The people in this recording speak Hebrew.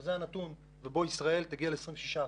ובזה ישראל תגיע ל-26%.